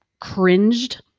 cringed